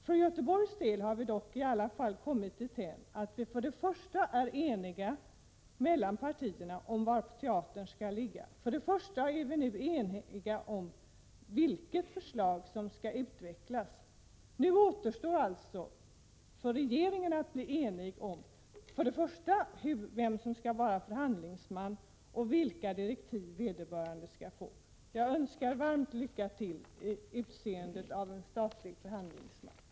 För Göteborgs del har vi i alla fall kommit dithän att partierna är eniga om var teatern skall ligga, och vi är vidare eniga om vilket förslag som skall utvecklas. Nu återstår för regeringen att ena sig om vem som skall vara förhandlingsman och vilka direktiv vederbörande skall få. Jag önskar varmt lycka till när det gäller att utse statlig förhandlingsman.